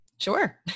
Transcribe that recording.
Sure